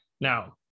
Now